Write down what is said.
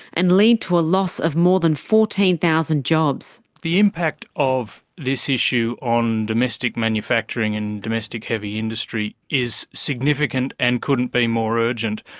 and lead to a loss of more than fourteen thousand jobs. the impact of this issue on domestic manufacturing and domestic heavy industry is significant and couldn't be more urgent.